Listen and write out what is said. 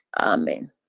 Amen